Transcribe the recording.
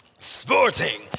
Sporting